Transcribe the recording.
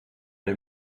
det